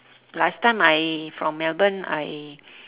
last time I from melbourne I